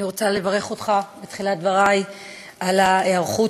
אני רוצה לברך אותך בתחילת דברי על ההיערכות